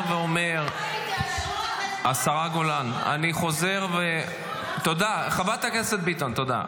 ואומר, השרה גולן, חברת הכנסת ביטון, תודה.